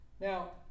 Now